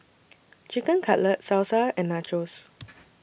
Chicken Cutlet Salsa and Nachos